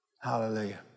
Hallelujah